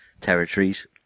territories